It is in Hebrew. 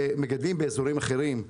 ומגדלים באזורים אחרים.